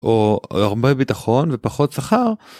או הרבה ביטחון ופחות שכר.